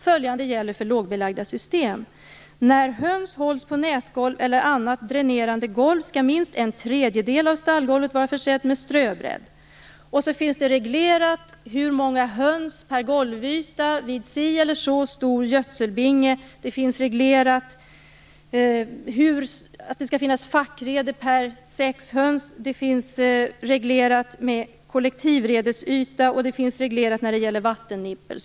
Följande gäller för lågbelagda system: När höns hålls på nätgolv eller annat dränerande golv skall minst en tredjedel av stallgolvet vara försett med ströbädd. Det finns också reglerat hur många höns man får ha per golvyta vid si eller så stor gödselbinge, det finns reglerat att det skall finnas fackrede per sex höns, det finns regler för kollektivredesyta och det finns regler för vattennippel.